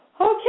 Okay